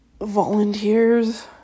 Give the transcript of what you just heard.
volunteers